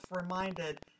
reminded